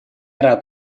рад